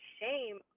Shame